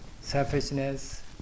selfishness